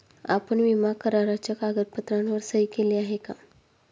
आपण विमा कराराच्या कागदपत्रांवर सही केली आहे का?